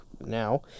now